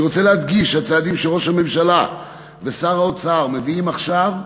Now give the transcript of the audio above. אני רוצה להדגיש: הצעדים שראש הממשלה ושר האוצר מביאים עכשיו,